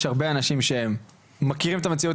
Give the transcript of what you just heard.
יש הרבה אנשים שהם מכירים את המציאות